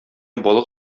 балык